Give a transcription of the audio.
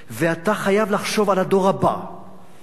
אתה חייב לחשוב על הדור הבא בחצור-הגלילית,